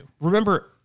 remember